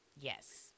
Yes